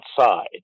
outside